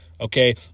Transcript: okay